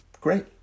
great